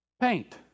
Paint